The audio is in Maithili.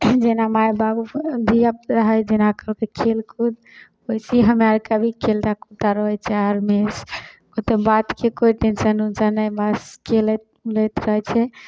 जेना माइ बाबू धिआपुता हइ जेना कहलकै खेलकूद ओहिसे हमे आर कभी खेलते कुदते रहै छै हर हमेश कोनो बातके कोइ टेन्शन वेन्शन नहि बस खेलैत कुदैत रहै छिए